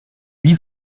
wie